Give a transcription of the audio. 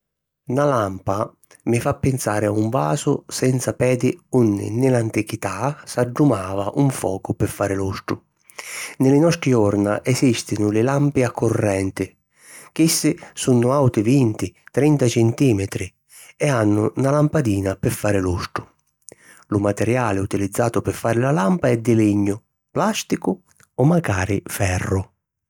Na lampa mi fa pinsari a un vasu senza pedi unni, nni l'antichità, s'addumava un focu pi fari lustru. Nni li nostri jorna esìstinu li lampi a currenti, chissi sunnu àuti vinti - trenta centìmetri e hannu na lampadina pi fari lustru. Lu materiali utilizzatu pi fari la lampa è di lignu, plàsticu o macari ferru.